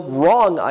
wrong